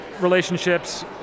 relationships